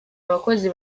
abakozi